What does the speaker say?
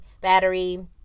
Battery